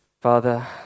Father